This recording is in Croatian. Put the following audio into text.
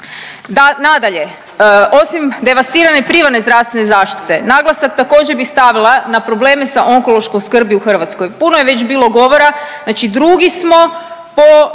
Nadalje, osim devastirane privatne zdravstvene zaštite naglasak također bi stavila na probleme s onkološkom skrbi u Hrvatskoj. Puno je već bilo govora znači drugi smo po